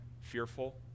fearful